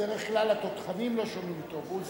בדרך כלל התותחנים לא שומעים טוב, עוזי.